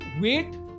wait